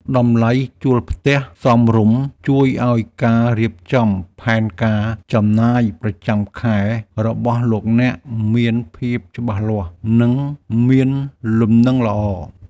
តម្លៃជួលផ្ទះសមរម្យជួយឱ្យការរៀបចំផែនការចំណាយប្រចាំខែរបស់លោកអ្នកមានភាពច្បាស់លាស់និងមានលំនឹងល្អ។